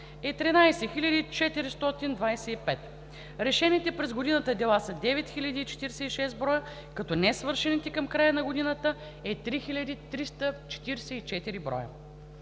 е 13 425. Решените през годината дела са 9046 броя, като несвършените към края на годината дела са 4344 броя.